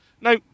now